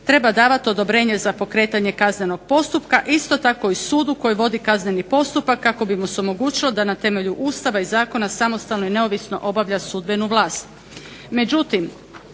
treba davati odobrenje za pokretanje kaznenog postupka isto tak i sudu koji vodi kazneni postupak kako bi mu se omogućilo da na temelju Ustava i zakona samostalno i neovisno obavlja sudbenu vlast.